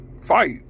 fight